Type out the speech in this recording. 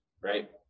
right